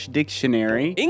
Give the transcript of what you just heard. dictionary